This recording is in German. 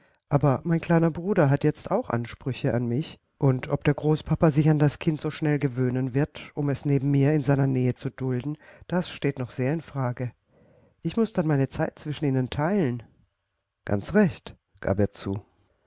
aber mein kleiner bruder hat jetzt auch ansprüche an mich und ob der großpapa sich an das kind so schnell gewöhnen wird um es neben mir in seiner nähe zu dulden das steht doch sehr in frage ich muß dann meine zeit zwischen ihnen teilen ganz recht gab er zu